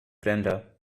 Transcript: brenda